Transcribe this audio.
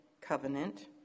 covenant